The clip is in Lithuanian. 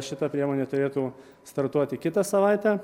šita priemonė turėtų startuoti kitą savaitę